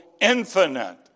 infinite